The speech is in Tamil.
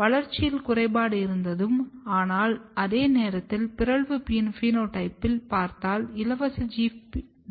வளர்ச்சியில் குறைபாடு இருந்தது ஆனால் அதே நேரத்தில் பிறழ்வு பினோடைப்பைப் பார்த்தால் இலவச